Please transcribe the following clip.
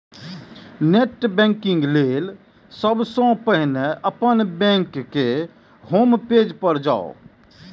net banking लेल सबसं पहिने अपन बैंकक होम पेज पर जाउ